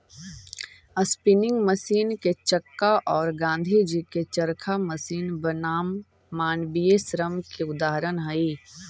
spinning machine के चक्का औ गाँधीजी के चरखा मशीन बनाम मानवीय श्रम के उदाहरण हई